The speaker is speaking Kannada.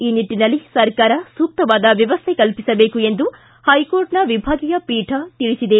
ಈ ನಿಟ್ಟನಲ್ಲಿ ಸರ್ಕಾರ ಸೂಕ್ತವಾದ ವ್ಯವಸ್ಥೆ ಕಲ್ಲಿಸಬೇಕು ಎಂದು ಹೈಕೋರ್ಟ್ನ ವಿಭಾಗೀಯ ಪೀಠ ಹೇಳದೆ